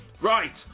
right